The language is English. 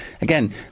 again